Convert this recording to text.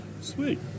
Sweet